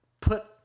put